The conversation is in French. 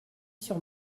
sur